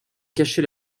cachée